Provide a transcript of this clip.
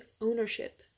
ownership